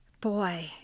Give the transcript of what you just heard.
Boy